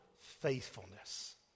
faithfulness